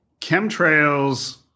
chemtrails